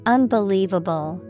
Unbelievable